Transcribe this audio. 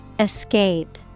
Escape